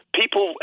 people